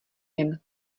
jen